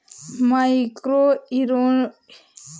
micro irrigation को सूक्ष्म सिंचाई भी कहते हैं